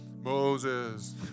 Moses